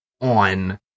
on